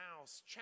mouse